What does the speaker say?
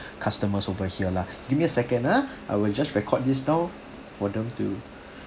customers over here lah give me a second ah I will just record this down for them to